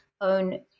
own